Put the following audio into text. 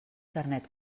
carnet